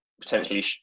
potentially